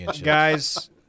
Guys